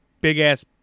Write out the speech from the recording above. Big-ass